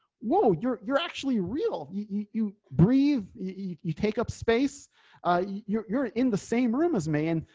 whoa, you're, you're actually real. you breathe, you take up space you're you're in the same room as man,